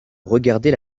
regarder